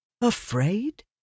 afraid